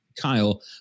Kyle